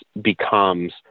becomes